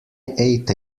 ate